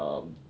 um